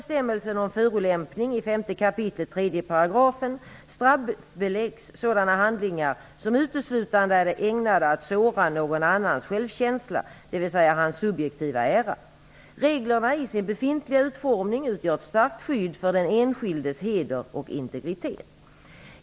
straffbeläggs sådana handlingar som uteslutande är ägnade att såra någon annans självkänsla, dvs. hans subjektiva ära. Reglerna i sin befintliga utformning utgör ett starkt skydd för den enskildes heder och integritet.